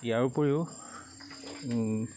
ইয়াৰ উপৰিও